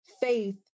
faith